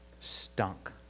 stunk